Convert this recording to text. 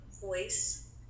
voice